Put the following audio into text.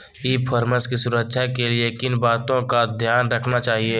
ई commerce की सुरक्षा के लिए किन बातों का ध्यान रखना चाहिए?